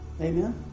amen